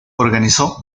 organizó